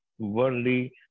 worldly